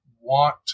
want